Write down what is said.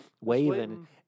waving